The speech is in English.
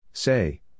Say